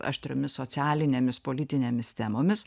aštriomis socialinėmis politinėmis temomis